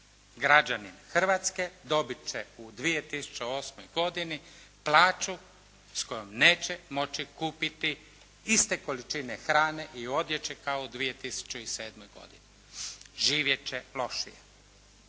Građanin Hrvatske dobit će u 2008. godini plaću s kojom neće moći kupiti iste količine hrane i odjeće kao u 2007. godini. Živjet će lošije.